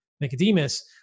Nicodemus